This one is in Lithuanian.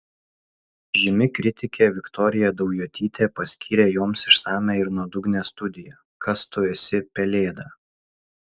žymi kritikė viktorija daujotytė paskyrė joms išsamią ir nuodugnią studiją kas tu esi pelėda